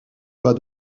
bas